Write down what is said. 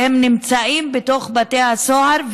והם נמצאים בתוך בתי הסוהר.